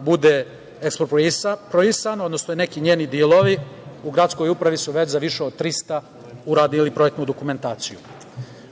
bude eksproprisano, odnosno neki njeni delovi. U gradskoj upravi su već za više od 300 uradili projektnu dokumentaciju.